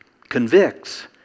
convicts